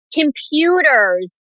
computers